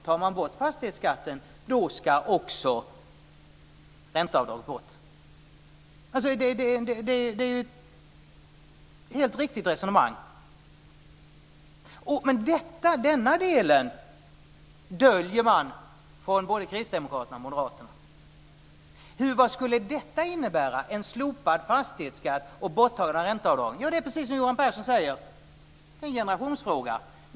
Tar man bort fastighetsskatten ska också ränteavdraget bort. Det är ett helt riktigt resonemang. Men den delen döljer man från både Kristdemokraternas och Moderaternas sida. Vad skulle en slopad fastighetsskatt och ett borttagande av ränteavdragen innebära? Ja, det är precis som Johan Pehrson säger: Det är en generationsfråga.